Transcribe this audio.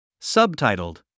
Subtitled